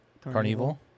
Carnival